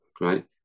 right